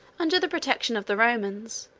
under the protection of the romans,